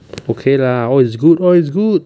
okay lah all is good all is good